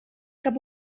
cap